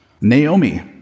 Naomi